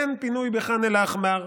ואין פינוי בח'אן אל-אחמר.